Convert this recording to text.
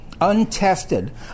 untested